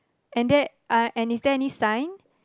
and is there any sign